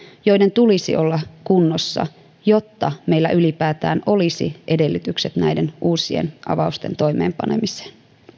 joiden tulisi olla kunnossa jotta meillä ylipäätään olisi edellytykset näiden uusien avausten toimeenpanemiseen